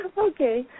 Okay